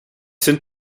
sind